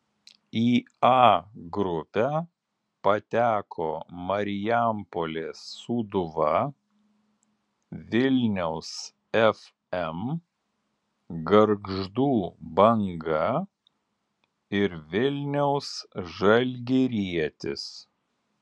į a grupę pateko marijampolės sūduva vilniaus fm gargždų banga ir vilniaus žalgirietis